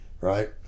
right